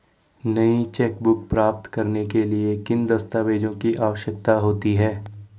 नई चेकबुक प्राप्त करने के लिए किन दस्तावेज़ों की आवश्यकता होती है?